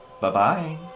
Bye-bye